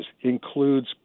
includes